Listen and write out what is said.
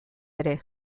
ere